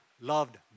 loved